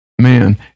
man